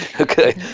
Okay